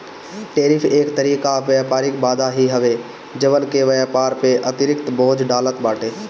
tariff एक तरही कअ व्यापारिक बाधा ही हवे जवन की व्यापार पअ अतिरिक्त बोझ डालत बाटे